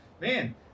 Man